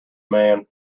man